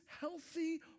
healthy